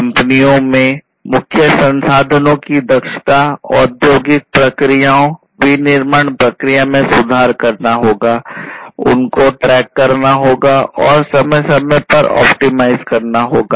कंपनियों में मुख्य संसाधनों की दक्षता औद्योगिक प्रक्रियाओं विनिर्माण प्रक्रिया में सुधार करना होगा उनको ट्रैक करना होगा और समय समय पर ऑप्टिमाइज करना होगा